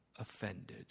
offended